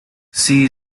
she